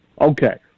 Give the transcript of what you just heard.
okay